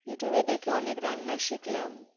ইউটিউবে দেখে অনেক রান্না শিখলাম